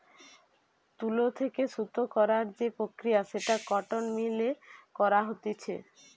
তুলো থেকে সুতো করার যে প্রক্রিয়া সেটা কটন মিল এ করা হতিছে